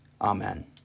Amen